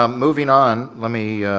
um moving on, let me